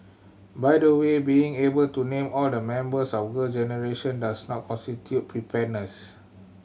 by the way being able to name all the members of Girl Generation does not constitute preparedness